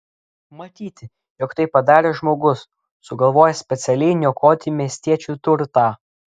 matyti jog tai padarė žmogus sugalvojęs specialiai niokoti miestiečių turtą